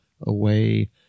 Away